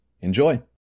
Enjoy